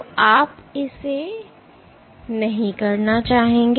तो आप इसे नहीं करना चाहते हैं